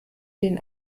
den